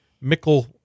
Mickle